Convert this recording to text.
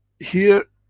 here